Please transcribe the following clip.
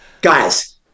guys